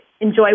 enjoy